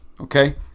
Okay